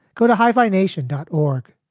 go to high vibration dot org.